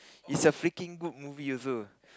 is a freaking good movie also